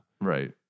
Right